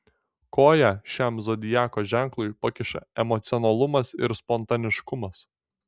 koją šiam zodiako ženklui pakiša emocionalumas ir spontaniškumas